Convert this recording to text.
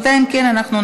סעיף 1 נתקבל.